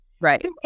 Right